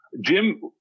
Jim